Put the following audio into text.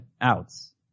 outs